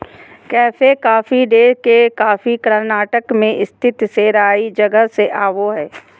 cafe coffee day के coffee Karnataka मे स्थित सेराई जगह से आवो हय